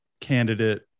candidate